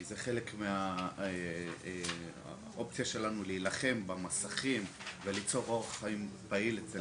זה חלק מהדרך שלנו להילחם במסכים וליצור אורח חיים בריא אצל הילדים.